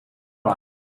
right